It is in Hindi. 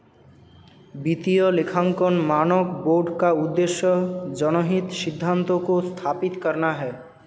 वित्तीय लेखांकन मानक बोर्ड का उद्देश्य जनहित सिद्धांतों को स्थापित करना है